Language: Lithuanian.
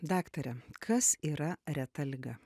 daktare kas yra reta liga